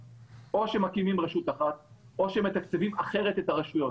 שמקימים רשות אחת או שמתקצבים אחרת את הרשויות.